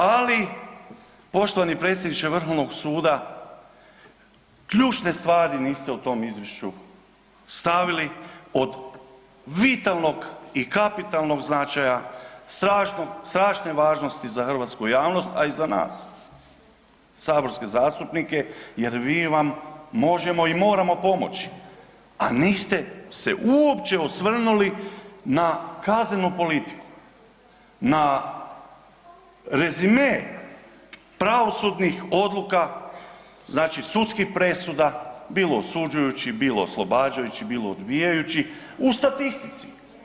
Ali poštovani predsjedniče Vrhovnog suda ključne stvari niste u tom izvješću stavili od vitalnog i kapitalnog značaja, strašne važnosti za hrvatsku javnost, a i za nas saborske zastupnike jer mi vam možemo i moramo pomoći, a niste se uopće osvrnuli na kaznenu politiku, na rezime pravosudnih odluka znači sudskih presuda, bilo osuđujućih, bilo oslobađajućih, bilo odbijajućih u statistici.